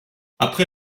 après